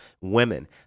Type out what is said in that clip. women